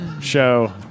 show